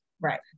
right